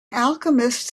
alchemist